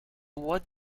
what